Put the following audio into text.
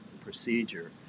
procedure